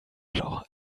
floor